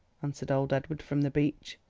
answered old edward from the beach.